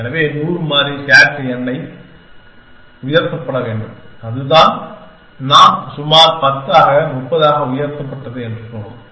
எனவே 100 மாறி SAT n ஆக உயர்த்தப்பட வேண்டும் அதைதான் நாம் சுமார் 10 ஆக 30 ஆக உயர்த்தப்பட்டது என்று சொன்னோம்